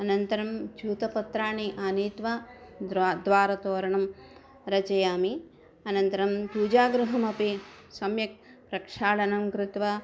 अनन्तरं च्यूतपत्राणि आनीत्वा द्र्वा द्वारतोरणं रचयामि अनन्तरं पूजागृहमपि सम्यक् प्रक्षालनं कृत्वा